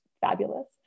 fabulous